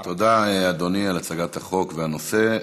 תודה, אדוני, על הצגת החוק והנושא.